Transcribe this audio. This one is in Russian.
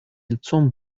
лицом